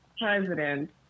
president